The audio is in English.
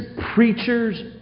preachers